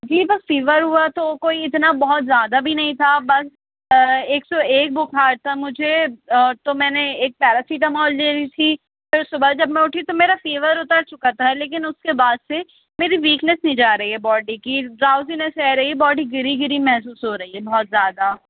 جی بس فِیور ہُوا تو کوئی اتنا بہت زیادہ بھی نہیں تھا بس ایک سو ایک بُخار تھا مجھے اور تو میں نے ایک پیراسیٹامول لے لی تھی پھر صُبح جب میں اُٹھی تو میرا فِیور اُتر چُکا تھا لیکن اُس کے بعد سے میری ویکنیس نہیں جا رہی ہے باڈی کی ڈراؤزینیس رہ رہی باڈی گری گری محسوس ہورہی ہے بہت زیادہ